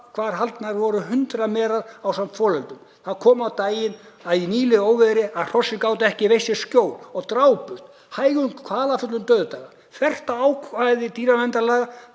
hvar haldnar voru hundruð mera ásamt folöldum. Það kom og á daginn í nýlegu óveðri að hross gátu ekki veit sér skjól og drápust, hægum kvalafullum dauðdaga, þvert á ákvæði dýraverndarlaga.